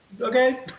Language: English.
okay